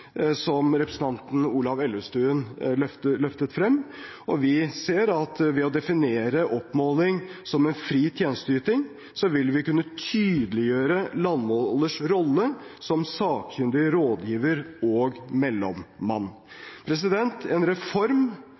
som representanten Ola Elvestuen løftet frem, og vi ser at ved å definere oppmåling som en fri tjenesteyting, vil vi kunne tydeliggjøre landmålers rolle som sakkyndig rådgiver og mellommann. En reform